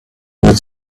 would